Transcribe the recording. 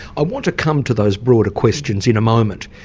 i want to come to those broader questions in a moment.